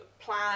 plan